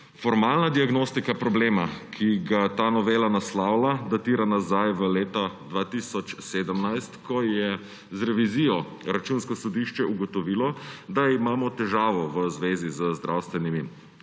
Formalna diagnostika problema, ki ga ta novela naslavlja, datira nazaj v leto 2017, ko je z revizijo Računsko sodišče ugotovilo, da imamo težavo v zvezi z zdravstvenimi